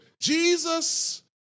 Jesus